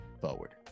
forward